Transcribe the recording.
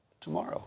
Tomorrow